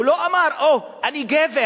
הוא לא אמר: או, אני גבר,